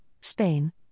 Spain